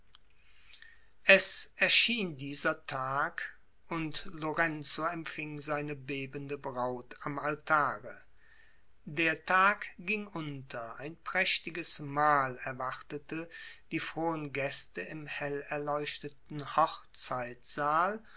es erschien dieser tag und lorenzo empfing seine bebende braut am altare der tag ging unter ein prächtiges mahl erwartete die frohen gäste im